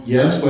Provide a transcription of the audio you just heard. Yes